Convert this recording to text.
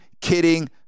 kidding